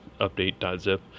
update.zip